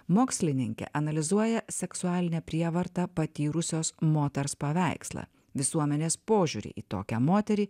mokslininkė analizuoja seksualinę prievartą patyrusios moters paveikslą visuomenės požiūrį į tokią moterį